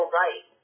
right